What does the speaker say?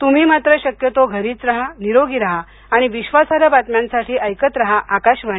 तुम्ही मात्र शक्यतोघरीच राहा निरोगी राहा आणि विश्वासार्ह बातम्यांसाठी एकत राहा आकाशवाणी